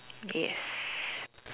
yes